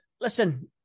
listen